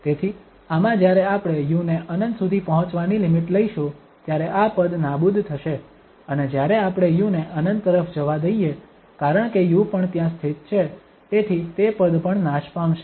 તેથી આમાં જ્યારે આપણે u ને ∞ સુધી પહોંચવાની લિમિટ લઈશું ત્યારે આ પદ નાબૂદ થશે અને જ્યારે આપણે u ને ∞ તરફ જવા દઈએ કારણ કે u પણ ત્યાં સ્થિત છે તેથી તે પદ પણ નાશ પામશે